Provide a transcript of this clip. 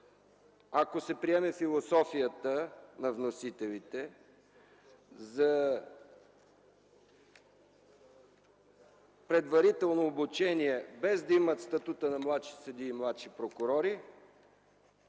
Ако се приеме философията на вносителите за предварително обучение, без да имат статута на младши съдии и младши прокурори,